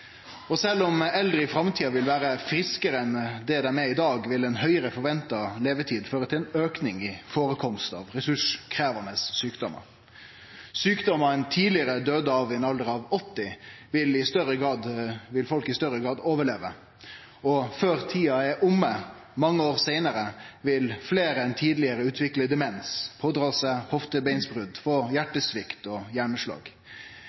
om eldre i framtida vil vere friskare enn det dei er i dag, vil ei høgare forventa levetid føre til ein auke i førekomstar av ressurskrevjande sjukdommar. Sjukdommar ein tidlegare døydde av i ein alder av 80, vil folk i større grad overleve. Og før tida er omme, mange år seinare, vil fleire enn tidlegare utvikle demens, pådra seg hoftebeinsbrot, få